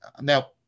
Now